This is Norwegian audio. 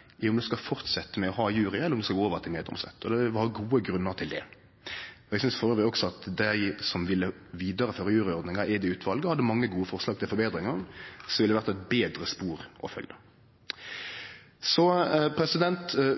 spørsmålet om ein skulle fortsetje med å ha jury, eller om ein skulle gå over til meddomsrett – og det var gode grunnar til det. Eg synest også at dei som ville vidareføre juryordninga i det utvalet, hadde mange gode forslag til forbetringar, som ville vore eit betre spor å følgje.